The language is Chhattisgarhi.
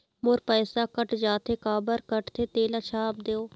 मोर पैसा कट जाथे काबर कटथे तेला छाप देव?